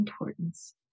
importance